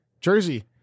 Jersey